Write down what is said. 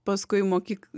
paskui mokyk